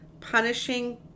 punishing